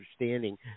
understanding